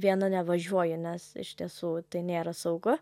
viena nevažiuoju nes iš tiesų tai nėra saugu